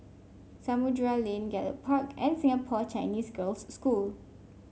Samudera Lane Gallop Park and Singapore Chinese Girls' School